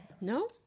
No